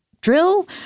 drill